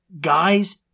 Guys